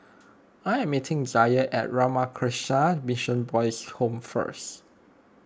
I am meeting Zaire at Ramakrishna Mission Boys' Home first